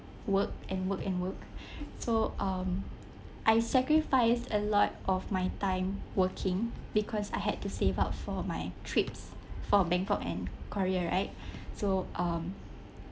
work and work and work so um I sacrifice a lot of my time working because I had to save up for my trips for bangkok and korea right so um